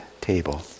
table